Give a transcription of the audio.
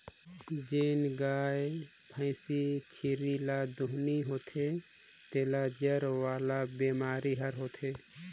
जेन गाय, भइसी, छेरी हर दुहानी होथे तेला जर वाला बेमारी हर होथे